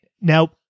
Now